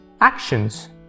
actions